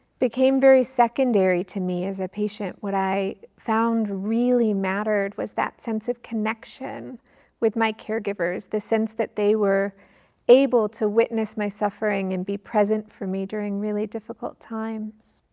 became very secondary to me as a patient. what i found really mattered was that sense of connection with my caregivers, the sense that they were able to witness my suffering and be present for me during really difficult times.